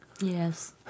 Yes